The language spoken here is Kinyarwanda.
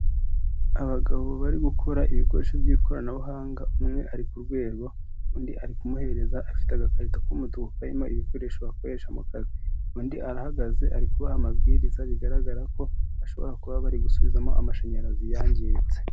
Abagabo bari gukora ibikoresho by'ikoranabuhanga umwe ari ku rwego undi ari kumuhereza afite agakarito k'umutuku karimo ibikoresho bakoresha mu kazi, undi arahagaze ari kubaha amabwiriza bigaragara ko bashobora kuba bari gusubizamo amashanyarazi yangiritse.